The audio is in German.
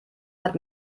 hat